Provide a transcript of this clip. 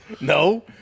no